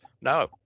No